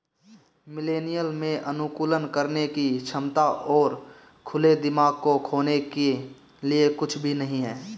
millennial में अनुकूलन करने की क्षमता और खुले दिमाग को खोने के लिए कुछ भी नहीं है